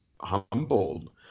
humbled